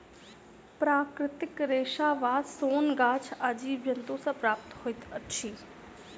प्राकृतिक रेशा वा सोन गाछ आ जीव जन्तु सॅ प्राप्त होइत अछि